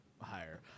higher